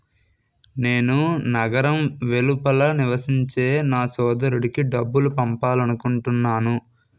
నేను నగరం వెలుపల నివసించే నా సోదరుడికి డబ్బు పంపాలనుకుంటున్నాను